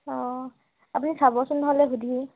অ আপুনি চাবচোন নহ'লে সুধি